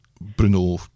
Bruno